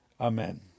Amen